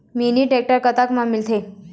Mini tractor कतक म मिलथे?